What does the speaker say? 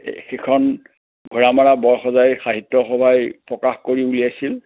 সেইখন ঘোৰামাৰা বৰসজাই সাহিত্যসভাই প্ৰকাশ কৰি উলিয়াইছিল